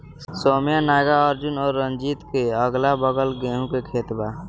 सौम्या नागार्जुन और रंजीत के अगलाबगल गेंहू के खेत बा